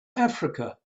africa